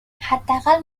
حداقل